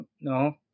No